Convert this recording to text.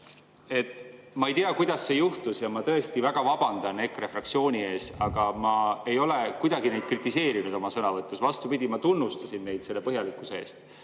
Ma ei tea, kuidas see juhtus, ja ma tõesti väga vabandan EKRE fraktsiooni ees, aga ma ei ole neid kuidagi kritiseerinud oma sõnavõtus. Vastupidi, ma tunnustasin neid selle põhjalikkuse eest.